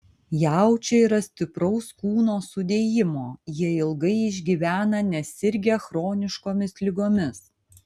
jaučiai yra stipraus kūno sudėjimo jie ilgai išgyvena nesirgę chroniškomis ligomis